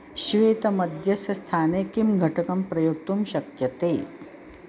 श्वेतमद्यस्य स्थाने किं घटकं प्रयोक्तुं शक्यते